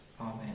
Amen